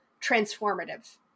transformative